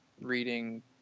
reading